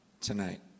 tonight